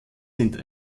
sind